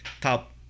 top